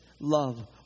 love